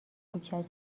کوچک